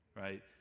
right